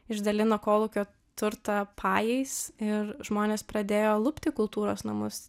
išdalino kolūkio turtą pajais ir žmonės pradėjo lupti kultūros namus